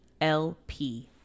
lp